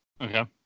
Okay